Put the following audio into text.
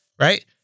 right